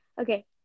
Okay